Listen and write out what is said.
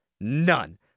None